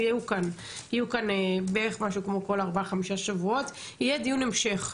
ויהיו כאן בערך משהו כמו כל ארבע חמישה שבועות יהיה דיון המשך,